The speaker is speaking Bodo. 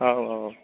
औ औ